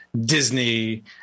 Disney